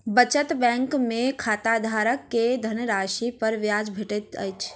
बचत बैंक में खाताधारक के धनराशि पर ब्याज भेटैत अछि